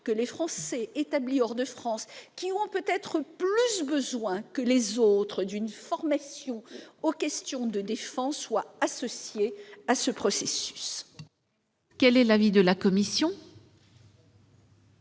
que les Français établis hors de France, lesquels ont peut-être plus besoin que les autres d'une formation aux questions de défense, ne soient pas associés à ce processus. Quel est l'avis de la commission ?